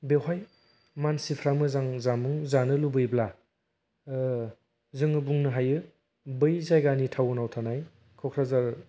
बेवहाय मानसिफ्रा मोजां जामुं जानो लुबैब्ला जोङो बुंनो हायो बै जायगानि टाउनाव थानाय क'क्राझार